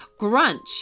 Grunch